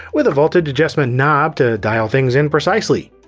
with a voltage adjustment knob to dial things in precisely.